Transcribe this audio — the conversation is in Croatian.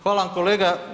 Hvala vam kolega.